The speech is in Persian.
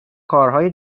کارهای